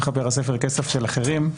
מחבר הספר "כסף של אחרים",